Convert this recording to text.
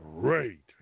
Great